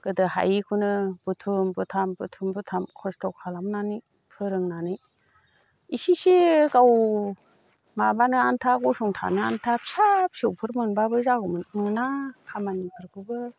गोदो हायिखौनो बुथुम बुथाम बुथुम बुथाम खस्थ' खालामनानै फोरोंनानै इसेसो गाव माबानो आन्था गसंनथानो आन्था फिसा फिसौफोर मोनब्लाबो जागौमोन मोना खामानिफोरखौबो